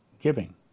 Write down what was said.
giving